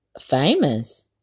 famous